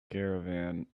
caravan